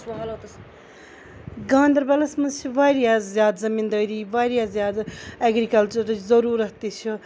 گاندَربَلَس منٛز چھِ واریاہ زیادٕ زٔمیٖندٲری واریاہ زیادٕ ایٚگرِکَلچَرٕچ ضروٗرت تہِ چھِ